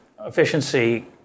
efficiency